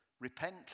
Repent